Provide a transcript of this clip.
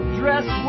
dress